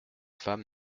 femme